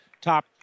top